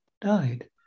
died